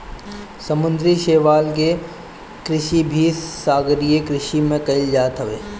समुंदरी शैवाल के खेती भी सागरीय कृषि में कईल जात हवे